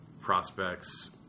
prospects